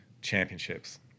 championships